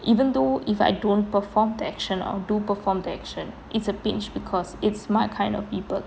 even though if I don't perform the action or do perform the action is a pinch because it's my kind of people